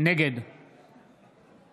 נגד